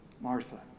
Martha